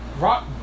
Rock